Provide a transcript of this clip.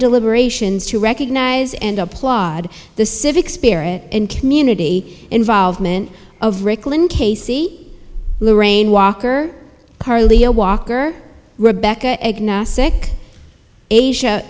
deliberations to recognize and applaud the civic spirit and community involvement of rick lynn casey lorraine walker carlia walker rebecca agnostic si